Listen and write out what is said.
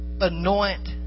anoint